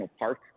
park